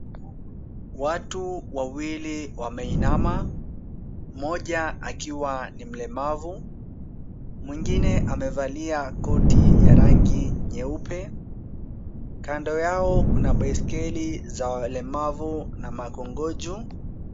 Watu wawili wameinama. Mmoja akiwa ni mlemavu, mwingine amevalia koti ya rangi nyeupe. Kando yao kuna baiskeli za walemavu na makongojo.